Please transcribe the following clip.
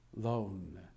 lone